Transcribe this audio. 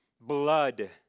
blood